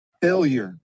failure